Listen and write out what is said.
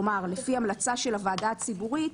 כלומר לפי המלצה של הוועדה הציבורית,